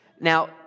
Now